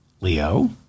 Leo